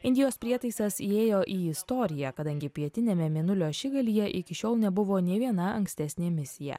indijos prietaisas įėjo į istoriją kadangi pietiniame mėnulio ašigalyje iki šiol nebuvo nė viena ankstesnė misija